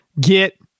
get